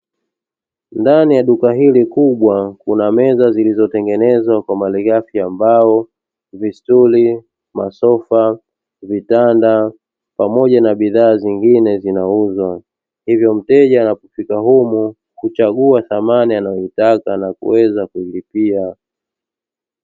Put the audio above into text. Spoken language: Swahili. Ndani ya duka hili kubwa kuna meza zilizotengenezwa kwa malighafi ya mbao, visturi, masofa, vitanda pamoja na bidhaa zingine zinauzwa hivyo mteja anapofika humu huchagua samani anayoitaka nakuweza kuilipia.